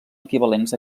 equivalents